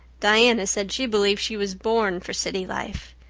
diana said she believed she was born for city life.